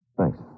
Thanks